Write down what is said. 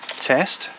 test